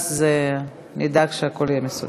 ואז נדאג שהכול יהיה מסודר.